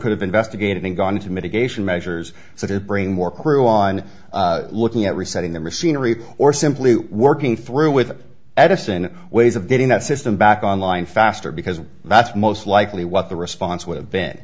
could have investigated and gone to mitigation measures so they bring more crew on looking at resetting the machinery or simply working through with addison ways of getting that system back on line faster because that's most likely what the response would have been